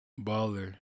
Baller